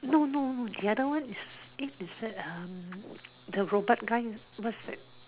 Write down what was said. no no no the other one is eh it that um the robot guy what's that